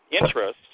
interest